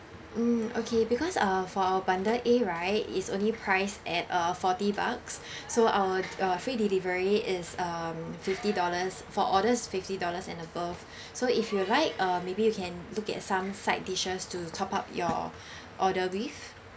mm okay because uh for our bundle A right it's only priced at uh forty bucks so our uh free delivery is um fifty dollars for orders fifty dollars and above so if you like maybe you can look at some side dishes to top up your order with